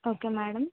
okay madam